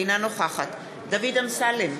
אינה נוכחת דוד אמסלם,